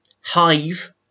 Hive